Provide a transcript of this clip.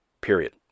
period